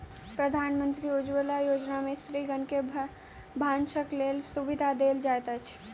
प्रधानमंत्री उज्ज्वला योजना में स्त्रीगण के भानसक लेल सुविधा देल जाइत अछि